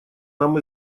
нам